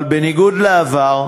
אבל בניגוד לעבר,